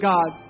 God